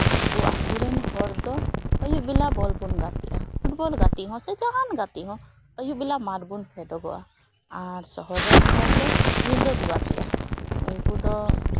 ᱟᱵᱚ ᱟᱹᱛᱩ ᱨᱮᱱ ᱦᱚᱲ ᱫᱚ ᱟᱹᱭᱩᱵ ᱵᱮᱞᱟ ᱵᱚᱞ ᱵᱚᱱ ᱜᱟᱛᱮᱜᱼᱟ ᱯᱷᱩᱴᱵᱚᱞ ᱜᱟᱛᱮᱜ ᱦᱚᱸ ᱥᱮ ᱡᱟᱦᱟᱱ ᱜᱟᱛᱮᱜ ᱦᱚᱸ ᱟᱹᱭᱩᱵ ᱵᱮᱞᱟ ᱢᱟᱴᱷ ᱵᱚᱱ ᱯᱷᱮᱰᱚᱜᱚᱜᱼᱟ ᱟᱨ ᱥᱚᱦᱚᱨ ᱨᱮᱱ ᱦᱚᱲ ᱫᱚ ᱧᱤᱫᱟᱹ ᱠᱚ ᱜᱟᱛᱮᱜᱼᱟ ᱩᱝᱠᱩ ᱫᱚ